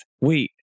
Wait